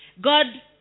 God